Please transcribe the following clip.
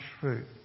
fruit